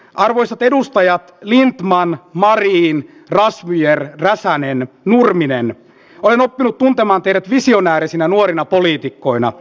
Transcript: arvoisat edustajat lindtman marin razmyar räsänen nurminen olen oppinut tuntemaan teidät visionäärisinä nuorina poliitikkoina